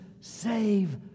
save